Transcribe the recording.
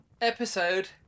episode